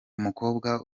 umukobwa